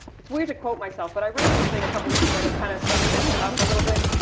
it's weird to quote myself. but i wrote something a couple of weeks ago that kind of summed this up a little bit.